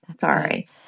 Sorry